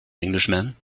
englishman